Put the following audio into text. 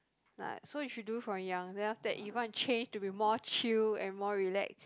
like so you should do from young then after that if you want to change to be more chill and more relax